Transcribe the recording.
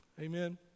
Amen